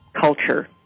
culture